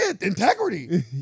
integrity